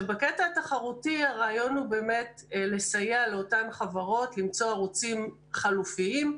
בקטע התחרותי הרעיון הוא באמת לסייע לאותן חברות למצוא ערוצים חלופיים,